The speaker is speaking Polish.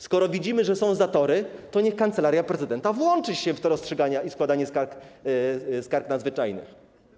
Skoro widzimy, że są zatory, to niech Kancelaria Prezydenta włączy się w to rozstrzyganie i składanie skarg nadzwyczajnych.